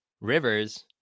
Rivers